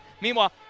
Meanwhile